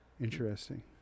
interesting